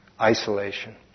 isolation